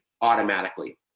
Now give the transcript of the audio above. automatically